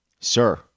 Sir